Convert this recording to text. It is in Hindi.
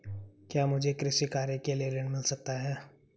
क्या मुझे कृषि कार्य के लिए ऋण मिल सकता है?